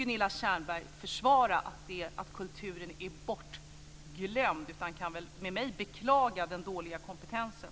Gunilla Tjernberg behöver inte försvara att kulturen är bortglömd utan kan väl med mig beklaga den dåliga kompetensen.